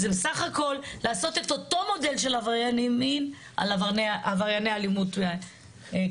זה בסך הכל לעשות את אותו מודל של עברייני מין על עברייני אלימות קשה.